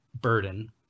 burden